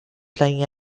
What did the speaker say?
playing